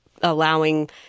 allowing